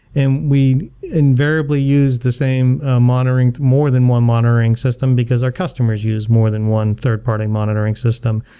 and we invariably use the same ah monitoring more than one monitoring system because our customers use more than one third-party monitoring system.